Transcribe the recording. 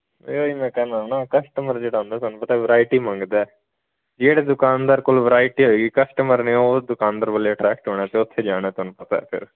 ਇਹ ਵੀ ਮੈਂ ਕਹਿੰਦਾ ਨਾ ਕਸਟਮਰ ਜਿਹੜਾ ਹੁੰਦਾ ਸਾਨੂੰ ਪਤਾ ਵਰਾਇਟੀ ਮੰਗਦਾ ਜਿਹੜੇ ਦੁਕਾਨਦਾਰ ਕੋਲ ਵਰਾਇਟੀ ਹੋਏਗੀ ਕਸਟਮਰ ਨੇ ਉਹ ਦੁਕਾਨਦਾਰ ਵੱਲ ਹੀ ਅਟਰੈਕਟ ਹੋਣਾ ਅਤੇ ਉੱਥੇ ਜਾਣਾ ਤੁਹਾਨੂੰ ਪਤਾ ਫਿਰ